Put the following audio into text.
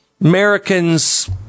Americans